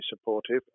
supportive